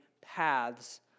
paths